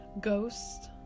ghosts